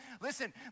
listen